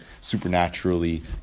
supernaturally